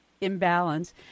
imbalance